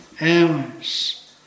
hours